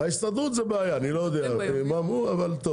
ההסתדרות זאת בעיה, אני לא יודע, אבל טוב